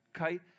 okay